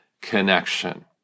connection